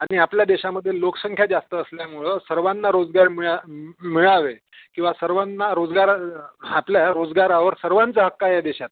आणि आपल्या देशामध्ये लोकसंख्या जास्त असल्यामुळं सर्वांना रोजगार मिळा मिळावे किंवा सर्वांना रोजगार आपल्या रोजगारावर सर्वांचा हक्क आहे या देशात